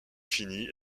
finis